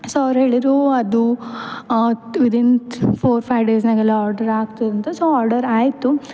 so ಅವ್ರು ಹೇಳಿರು ಅದು ಹತ್ತು ವಿದಿನ್ ಫೋರ್ ಫೈವ್ ಡೇಸ್ನಾಗೆಲ್ಲ ಆಡ್ರ್ ಆಗ್ತದಂತ ಸೊ ಆರ್ಡರ್ ಆಯಿತು